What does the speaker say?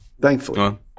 thankfully